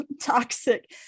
toxic